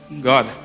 God